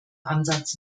ansatz